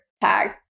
tag